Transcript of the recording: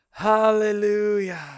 Hallelujah